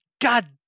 God